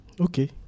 Okay